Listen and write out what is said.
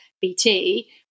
bt